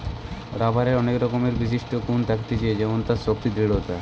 রাবারের অনেক রকমের বিশিষ্ট গুন থাকতিছে যেমন তার শক্তি, দৃঢ়তা